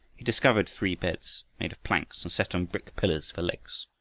he discovered three beds, made of planks and set on brick pillars for legs.